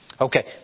Okay